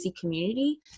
community